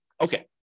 Okay